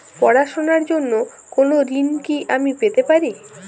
পড়াশোনা র জন্য কোনো ঋণ কি আমি পেতে পারি?